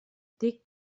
dic